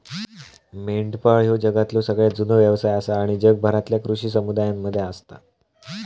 मेंढपाळ ह्यो जगातलो सगळ्यात जुनो व्यवसाय आसा आणि जगभरातल्या कृषी समुदायांमध्ये असता